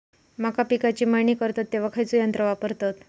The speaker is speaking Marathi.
मका पिकाची मळणी करतत तेव्हा खैयचो यंत्र वापरतत?